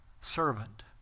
Servant